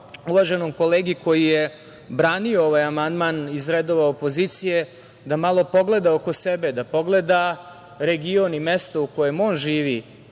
uvaženom kolegi koji je branio ovaj amandman iz redova opozicije da malo pogleda oko sebe, da pogleda region i mesto u kojem on živi